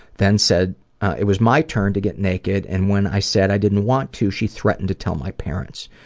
then said it was my turn to get naked and when i said i didn't want to she threatened to tell my parents.